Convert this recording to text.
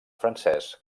francès